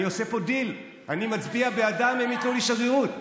אני עושה פה דיל: אני מצביע בעדם אם ייתנו לי שגרירות.